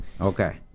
Okay